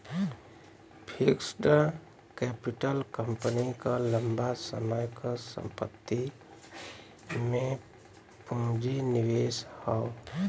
fixed capital company क लंबा समय क संपत्ति में पूंजी निवेश हौ